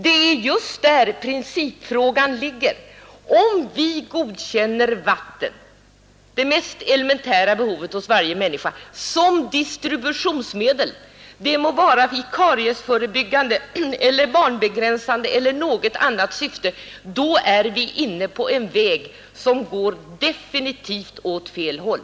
Det är just där principfrågan ligger. Om vi godkänner vatten — det mest elementära behovet hos varje människa — som distributionsmedel, det må vara i kariesförebyggande, barnbegränsande eller något annat syfte, då är vi inne på en väg som går definitivt åt fel håll.